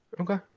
Okay